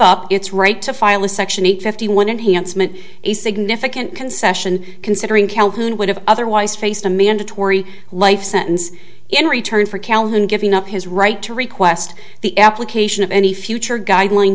up its right to file a section eight fifty one and handsome and a significant concession considering calhoun would have otherwise faced a mandatory life sentence in return for calhoun giving up his right to request the application of any future guideline